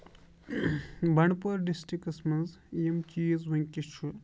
بنڈپور ڈِسٹرکٹَس منٛز یِم چیٖز وٕنکیٚس چھُ